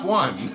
one